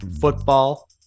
football